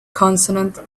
consonant